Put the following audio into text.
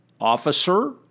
officer